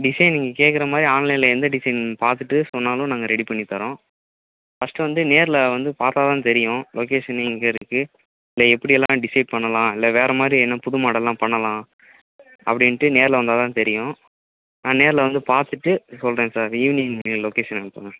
design நீங்கள் கேட்கற மாதிரி ஆன்லைனில் எந்த டிசைன் பார்த்துட்டு சொன்னாலும் நாங்கள் ரெடி பண்ணி தரோம் ஃபர்ஸ்ட்டு வந்து நேரில் வந்து பார்த்தா தான் தெரியும் லொக்கேஷன் எங்கள் இருக்கு இல்லை எப்படியெல்லாம் டிசைட் பண்ணலாம் இல்லை வேறு மாதிரி என்ன புது மாடல் எல்லாம் பண்ணலாம் அப்படின்ட்டு நேரில் வந்தால் தான் தெரியும் நான் நேரில் வந்து பார்த்துட்டு சொல்கிறேன் சார் ஈவ்னிங் லொக்கேஷன் நீங்கள் அனுப்புங்கள்